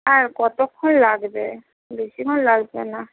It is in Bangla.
আর কতোক্ষণ লাগবে বেশিক্ষণ লাগবে না